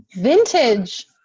Vintage